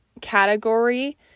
category